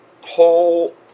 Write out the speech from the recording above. whole